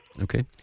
Okay